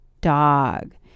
Dog